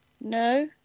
No